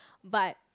but